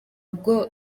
ubwo